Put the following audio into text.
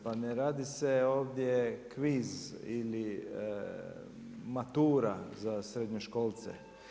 Pa ne radi se ovdje kviz ili matura za srednjoškolce.